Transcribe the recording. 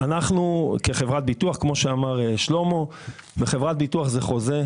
כשמחר זה יכול להיות